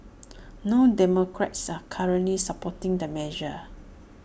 no democrats are currently supporting the measure